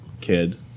kid